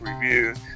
reviews